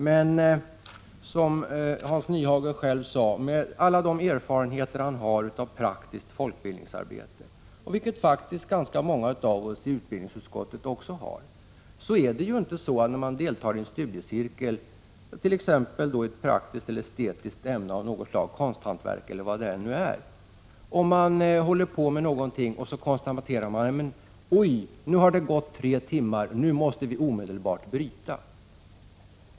Men som Hans Nyhage själv sade och med alla de erfarenheter han har av praktiskt folkbildningsarbete — vilket faktiskt ganska många av oss i utbildningsutskottet också har — är det inte så när man deltar i en studiecirkeli ett praktiskt eller estetiskt ämne, t.ex. konsthantverk eller annat, att man konstaterar att nu har tre timmar gått, nu måste vi omedelbart bryta.